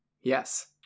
Yes